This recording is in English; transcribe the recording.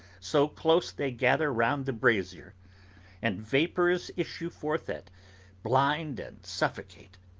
so close they gather round the brazier and vapours issue forth that blind and suffocate.